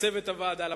לצוות הוועדה,